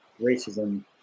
racism